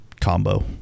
combo